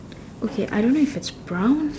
okay I don't know if it's brown